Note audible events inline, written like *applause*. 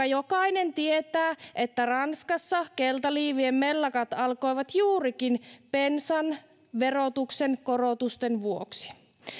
*unintelligible* jokainen tietää että ranskassa keltaliivien mellakat alkoivat juurikin bensan verotuksen korotusten vuoksi